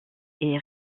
est